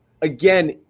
again